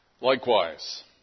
Likewise